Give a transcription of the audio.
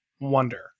wonder